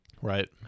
Right